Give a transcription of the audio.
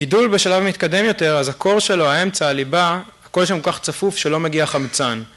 גידול בשלב מתקדם יותר אז ה-core שלו באמצע הליבה הכל שם כל כך צפוף שלא מגיע חמצן